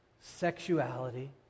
sexuality